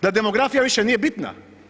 Da demografija više nije bitna.